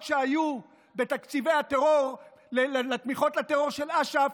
שהיו בתקציבי הטרור לתמיכות בטרור של אש"ף,